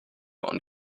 und